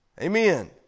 Amen